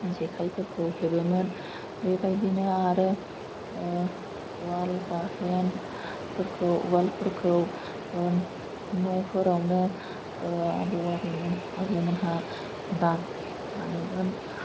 जेखाइफोरखौ हेबोमोन बेबायदिनो आरो उवाल गाइहेन फोरखौ उवालफोरखौ न'फोरावनो आबौ आबैमोन आबौमोनहा दानोमोन